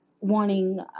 wanting